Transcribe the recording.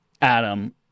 Adam